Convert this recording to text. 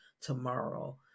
tomorrow